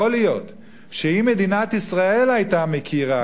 יכול להיות שאם מדינת ישראל היתה מכירה,